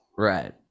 Right